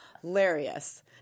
hilarious